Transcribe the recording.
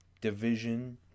division